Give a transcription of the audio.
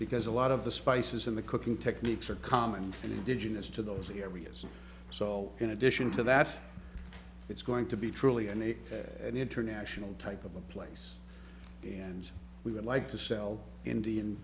because a lot of the spices in the cooking techniques are common and indigenous to those areas and so in addition to that it's going to be truly an international type of a place and we would like to sell indian